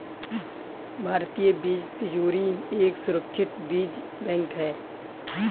भारतीय बीज तिजोरी एक सुरक्षित बीज बैंक है